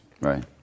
Right